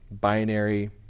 Binary